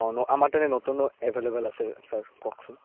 অঁ ন আমাৰ তাত নতুনো এভেইলেবল আছে ছাৰ কওকচোন